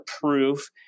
proof